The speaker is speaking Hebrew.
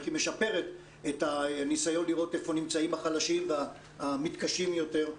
איך היא משפרת את הניסיון לראות איפה נמצאים החלשים והמתקשים יותר.